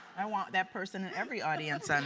i want that person in every audience i'm